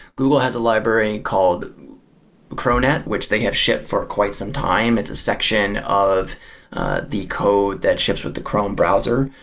google has a library called pronet, which they have shipped for quite some time. it's a section of the code that shifts with the chrome browser.